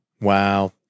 Wow